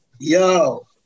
Yo